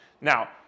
Now